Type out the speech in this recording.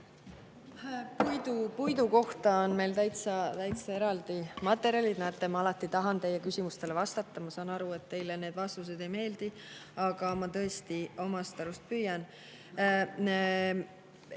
Puidu kohta on meil täitsa eraldi materjalid. Näete, ma alati tahan teie küsimustele vastata. Ma saan aru, et teile need vastused ei meeldi, aga ma tõesti omast arust püüan.